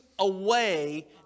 away